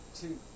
two